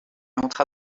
entra